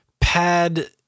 pad